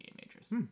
matrix